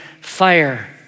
fire